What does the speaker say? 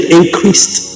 increased